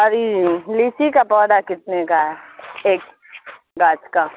اور یہ لییچی کا پودا کتنے کا ہے ایک گاچھ کا